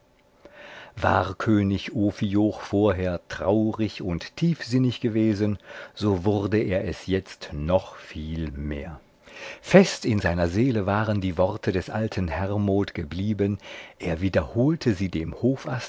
war könig ophioch vorher traurig und tiefsinnig gewesen so wurde er es jetzt noch viel mehr fest in seiner seele waren die worte des alten hermod geblieben er wiederholte sie dem